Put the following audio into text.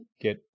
get